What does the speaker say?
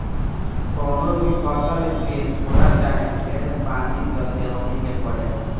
कवनो भी फसल के थोर चाहे ढेर पानी त देबही के पड़ेला